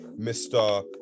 Mr